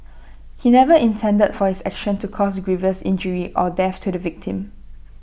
he never intended for his action to cause grievous injury or death to the victim